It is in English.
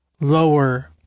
lower